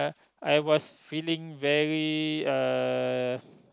I was feeling very uh